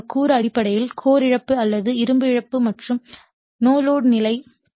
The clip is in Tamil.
எனவே இந்த கூறு அடிப்படையில் கோர் இழப்பு அல்லது இரும்பு இழப்பு மற்றும் நோ லோட் நிலை